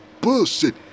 bullshit